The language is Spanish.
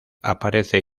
aparece